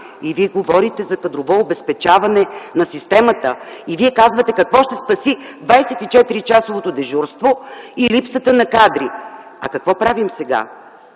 И Вие говорите за кадрово обезпечаване на системата?! И Вие казвате какво ще спаси 24-часовото дежурство и липсата на кадри?! А какво правим сега?